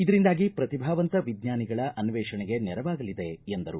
ಇದರಿಂದಾಗಿ ಪ್ರತಿಭಾವಂತ ವಿಜ್ಞಾನಿಗಳ ಅನ್ವೇಷಣೆಗೆ ನೆರವಾಗಲಿದೆ ಎಂದರು